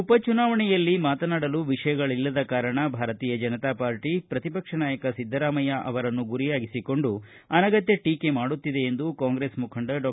ಉಪ ಚುನಾವಣೆಯಲ್ಲಿ ಮಾತನಾಡಲು ವಿಷಯಗಳಲ್ಲದ ಕಾರಣ ಭಾರತೀಯ ಜನತಾ ಪಾರ್ಟ ಪ್ರತಿಪಕ್ಷ ನಾಯಕ ಸಿದ್ದರಾಮಯ್ಯ ಅವರನ್ನು ಗುರಿಯಾಗಿಸಿಕೊಂಡು ಅನಗತ್ಯ ಟೀಕೆ ಮಾಡುತ್ತಿದೆ ಎಂದು ಕಾಂಗ್ರೆಸ್ ಮುಖಂಡ ಡಾ